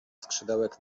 skrzydełek